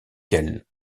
quels